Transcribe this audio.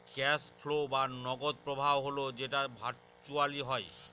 cash flow বা নগদ প্রবাহ হল যেটা ভার্চুয়ালি হয়